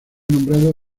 nombrado